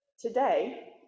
Today